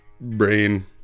brain